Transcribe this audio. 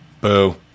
boo